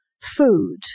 Food